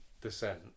descent